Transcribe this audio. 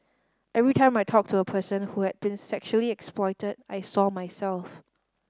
every time I talked to a person who had been sexually exploited I saw myself